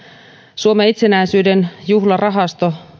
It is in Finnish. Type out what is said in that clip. suomen itsenäisyyden juhlarahasto